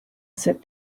sit